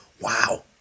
Wow